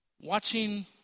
watching